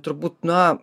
turbūt na